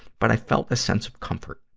but i felt the sense of comfort.